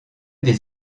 des